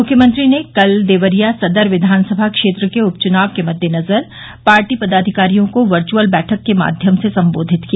मुख्यमंत्री ने कल देवरिया सदर विधानसभा क्षेत्र के उपचुनाव के मद्देनजर पार्टी पदाधिकारियों को वर्चुअल बैठक के माध्यम से सम्बोधित किया